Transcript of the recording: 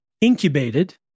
incubated